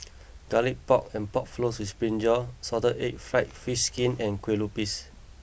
Garlic Pork and Pork Floss with Brinjal Salted Egg Fried Fish Skin and Kueh Lupis